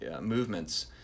movements